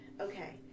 Okay